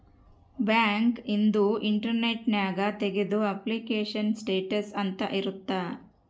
bank ಇಂದು internet ನ್ಯಾಗ ತೆಗ್ದು ಅಪ್ಲಿಕೇಶನ್ ಸ್ಟೇಟಸ್ ಅಂತ ಇರುತ್ತ